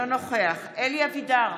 אלי אבידר,